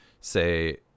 say